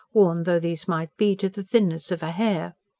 worn though these might be to the thinness of a hair.